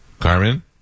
Carmen